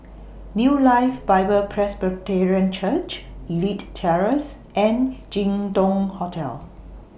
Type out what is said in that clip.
New Life Bible Presbyterian Church Elite Terrace and Jin Dong Hotel